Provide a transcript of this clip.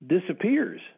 disappears